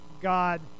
God